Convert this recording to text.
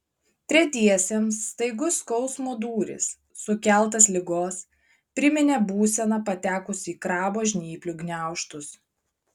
tretiesiems staigus skausmo dūris sukeltas ligos priminė būseną patekus į krabo žnyplių gniaužtus